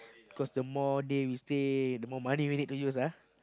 cause the more day we stay the more money we need to use ah